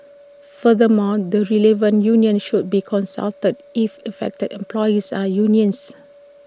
furthermore the relevant union should be consulted if affected employees are unionised